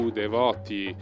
devoti